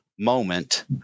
Moment